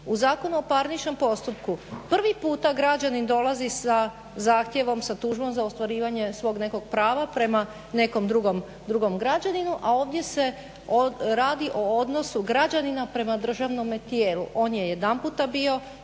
U Zakonu o parničnom postupku prvi puta građanin dolazi sa zahtjevom, sa tužbom za ostvarivanje svog nekog prava prema nekom drugom građaninu, a ovdje se radi o odnosu građanina prema državnome tijelu. On je jedan puta bio.